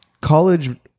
college